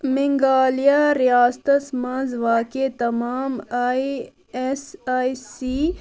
میگالیہ رِیَاستس منز واقع تَمام آے ایٚس آے سی